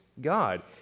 God